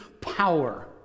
power